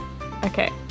Okay